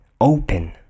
open